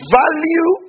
value